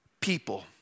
people